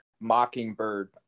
mockingbird